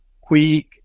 quick